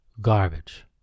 garbage